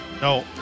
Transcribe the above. No